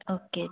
okay ਜੀ